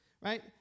right